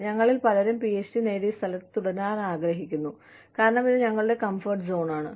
ഞങ്ങളിൽ പലരും പിഎച്ച്ഡി നേടിയ സ്ഥലത്ത് തുടരാൻ ആഗ്രഹിക്കുന്നു കാരണം ഇത് ഞങ്ങളുടെ കംഫർട്ട് സോൺ ആണ്